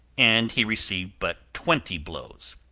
and he received but twenty blows.